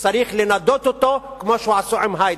שצריך לנדות אותו כמו שעשו עם היידר.